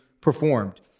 performed